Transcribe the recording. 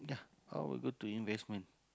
I will go to investment